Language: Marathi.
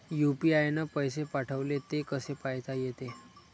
यू.पी.आय न पैसे पाठवले, ते कसे पायता येते?